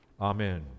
Amen